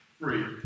free